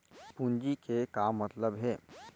पूंजी के का मतलब हे?